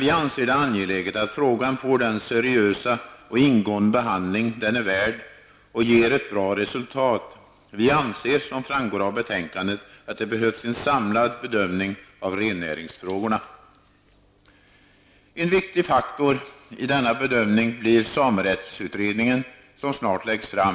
Vi anser det angeläget att frågan får den seriösa och ingående behandling den är värd samt utmynnar i ett bra resultat. Som framgår av betänkandet anser vi att det behövs en samlad bedömning av rennäringsfrågorna. En viktig faktor i denna bedömning blir samerättsutredningen som snart läggs fram.